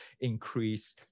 increase